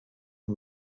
y’u